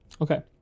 Okay